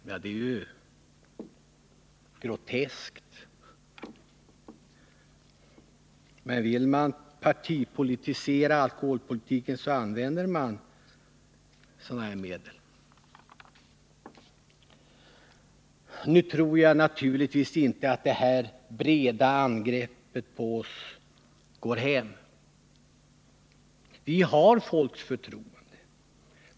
Det är ju groteskt. Men vill man partipolitisera alkoholpolitiken använder man sådana här medel. Jagtror naturligtvis inte att detta breda angrepp på oss moderater går hem. Vi har folks förtroende.